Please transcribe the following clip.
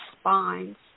spines